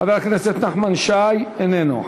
חבר הכנסת נחמן שי, איננו.